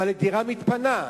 אבל דירה מתפנה.